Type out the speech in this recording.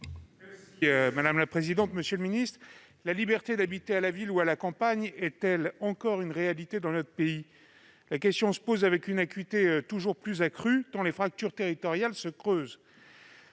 M. Édouard Courtial. Monsieur le secrétaire d'État, la liberté d'habiter à la ville ou à la campagne est-elle encore une réalité dans notre pays ? La question se pose avec une acuité toujours plus accrue, tant les fractures territoriales se creusent.